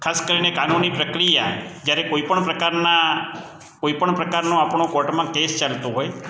ખાસ કરીને કાનુની પ્રક્રિયા જ્યારે કોઈપણ પ્રકારના કોઈપણ પ્રકારનો આપણો કોર્ટમાં કેસ ચાલતો હોય